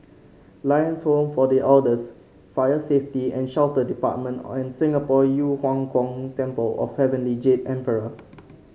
Lions Home for The Elders Fire Safety and Shelter Department and Singapore Yu Huang Gong Temple of Heavenly Jade Emperor